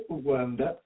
Uganda